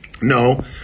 No